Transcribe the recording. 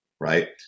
right